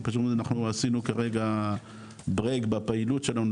כי פשוט אנחנו עשינו כרגע ברייק בפעילות שלנו,